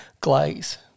glaze